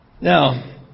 Now